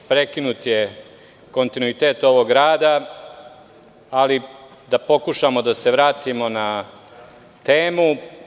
Prekinut je kontinuitet ovog rada, ali da pokušamo da se vratimo na temu.